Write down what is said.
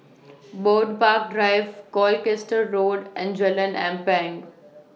Bird Park Drive Colchester Road and Jalan Ampang